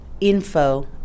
info